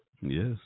Yes